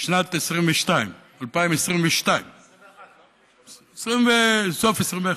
משנת 2022. 2021. סוף 2021,